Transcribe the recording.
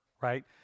right